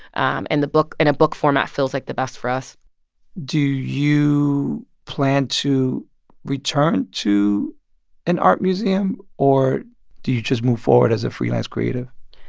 um and the book and a book format feels like the best for us do you plan to return to an art museum, or do you just move forward as a freelance creative?